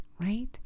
right